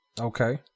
Okay